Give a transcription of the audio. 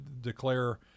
declare